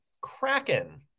Kraken